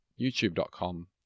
youtube.com